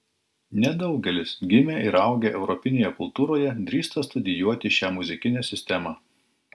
nedaugelis gimę ir augę europinėje kultūroje drįsta studijuoti šią muzikinę sistemą